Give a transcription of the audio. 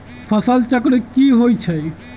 फसल चक्र की होइ छई?